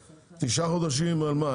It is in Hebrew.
תשעה חודשים מיום פרסומו על מה,